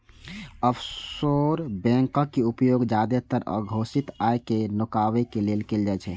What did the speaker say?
offshore बैंकक उपयोग जादेतर अघोषित आय कें नुकाबै लेल कैल जाइ छै